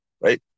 right